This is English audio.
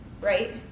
right